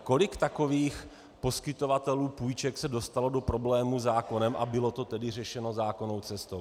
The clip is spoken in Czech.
Kolik takových poskytovatelů půjček se dostalo do problémů se zákonem, a bylo to tedy řešeno zákonnou cestou?